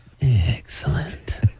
Excellent